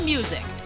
Music